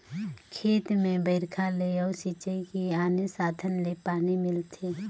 खेत में बइरखा ले अउ सिंचई के आने साधन ले पानी मिलथे